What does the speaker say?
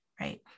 Right